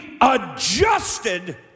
adjusted